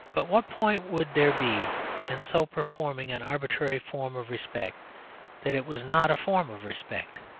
but what point would there be in so performing an arbitrary form of respect that it was not a form of respect?